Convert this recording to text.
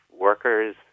workers